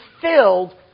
filled